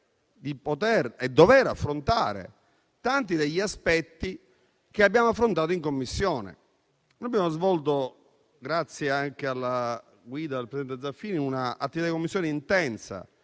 di poter e dover affrontare tanti degli aspetti che abbiamo affrontato in Commissione. Anche grazie alla guida del presidente Zaffini, abbiamo svolto un'attività di Commissione intensa,